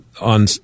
on